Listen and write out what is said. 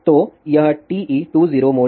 तो यह TE20 mode है